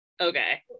okay